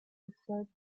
referred